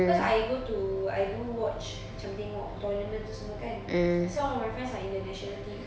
because I go to I go watch macam tengok tournament itu semua kan some of my friends are in the national team